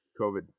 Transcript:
COVID